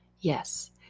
Yes